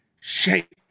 shape